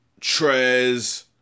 Trez